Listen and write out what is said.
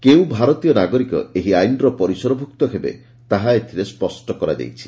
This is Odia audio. କେଉଁ ଭାରତୀୟ ନାଗରିକ ଏହି ଆଇନର ପରିସରଭୁକ୍ତ ହେବେ ତାହା ଏଥିରେ ସ୍ୱଷ୍ କରାଯାଇଛି